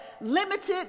limited